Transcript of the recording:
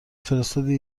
فرستادی